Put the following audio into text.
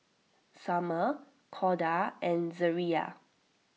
Sommer Corda and Zariah